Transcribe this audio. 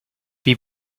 wie